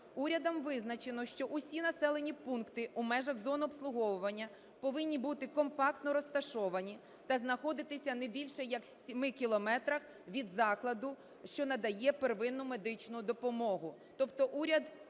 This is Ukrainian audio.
Урядом визначено, що усі населені пункти у межах зон обслуговування повинні бути компактно розташовані та знаходитися не більше як в 7 кілометрах від закладу, що надає первинну медичну допомогу.